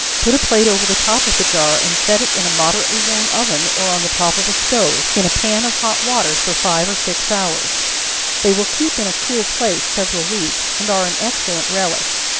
put a plate over the top of the jar, and set it in a moderately warm oven, or on the top of a stove, in a pan of hot water, for five or six hours they will keep in a cool place several weeks, and are an excellent relish.